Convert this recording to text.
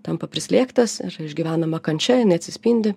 tampa prislėgtas išgyvenama kančia jinai atsispindi